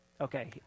Okay